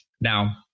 Now